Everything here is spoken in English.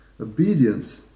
Obedience